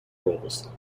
roles